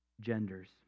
genders